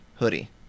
hoodie